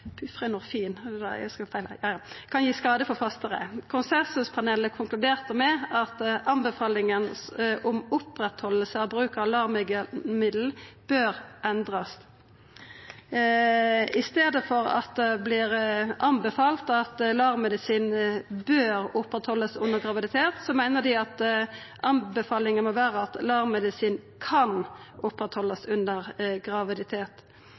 kan gi skade på fosteret. Konsensuspanelet konkluderte med at anbefalinga om å oppretthalda bruk av LAR-middel bør endrast. I staden for at det vert anbefalt at bruk av LAR-medisin bør vidareførast under graviditet, meiner dei at anbefalinga må vera at bruk av LAR-medisin kan vidareførast under graviditet.